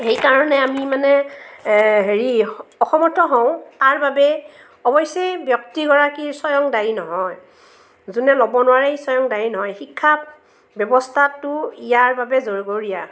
সেইকাৰণে আমি মানে হেৰি অসমৰ্থ হওঁ তাৰ বাবে অৱশ্যে ব্যক্তিগৰাকী স্বয়ং দায়ী নহয় যোনে ল'ব নোৱাৰে ই স্বয়ং দায়ী নহয় শিক্ষাক ব্যৱস্থাটো ইয়াৰ বাবে জগৰীয়া